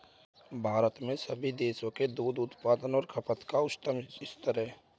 भारत में सभी देशों के दूध उत्पादन और खपत का उच्चतम स्तर है